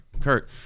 Kurt